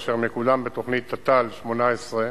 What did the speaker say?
אשר מקודם בתוכנית תת"ל 18,